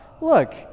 look